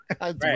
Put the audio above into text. Right